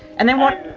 and then what,